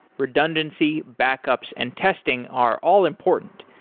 redundancy backups and testing are all important,